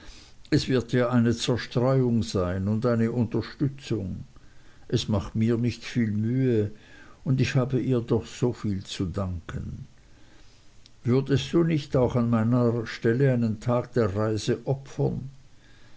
es wird ihr eine zerstreuung sein und eine unterstützung es macht mir nicht viel mühe und ich habe ihr doch so viel zu danken würdest du nicht auch an meiner stelle einen tag der reise opfern